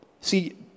See